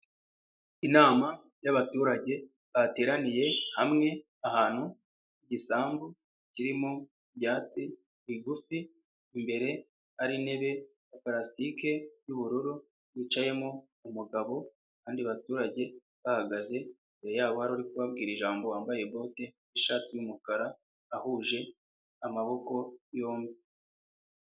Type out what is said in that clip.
Inama yabaabaturage bateraniye hamwe, ahantu h'igisambu kirimo byatsi bigufi, imbere ari intebe ya plastike y'ubururu yicayemo umugabo, kandi abaturage bahagaze imbere yabo hari uri kubabwira ijambo wambaye bote n'ishati y'umukara, ahuje amaboko yombi.